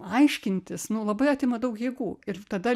aiškintis nu labai atima daug jėgų ir tada